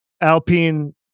Alpine